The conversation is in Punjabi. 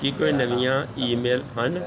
ਕੀ ਕੋਈ ਨਵੀਂਆਂ ਈਮੇਲ ਹਨ